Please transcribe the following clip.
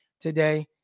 today